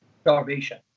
starvation